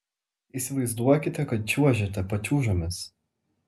įsivaizduokite kad čiuožiate pačiūžomis